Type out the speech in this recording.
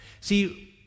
See